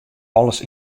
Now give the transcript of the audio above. alles